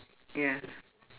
ya